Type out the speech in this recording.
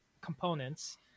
components